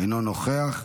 אינו נוכח.